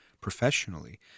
professionally